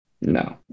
No